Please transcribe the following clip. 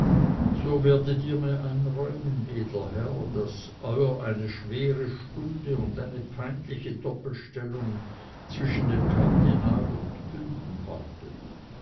so werdet ihr mir einräumen edler herr daß euer eine schwere stunde und eine peinliche doppelstellung zwischen dem kardinal und bünden wartet